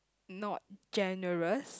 not generous